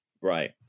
Right